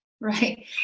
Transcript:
right